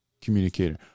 communicator